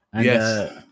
Yes